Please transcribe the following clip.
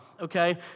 okay